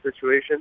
situation